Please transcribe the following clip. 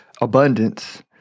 abundance